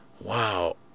wow